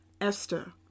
Esther